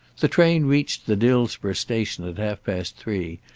the train reached the dillsborough station at half-past three,